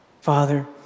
Father